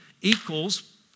equals